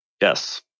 Yes